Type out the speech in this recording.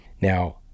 Now